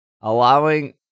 allowing